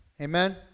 Amen